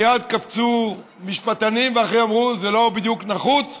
מייד קפצו משפטנים ואחרים ואמרו: זה לא בדיוק נחוץ.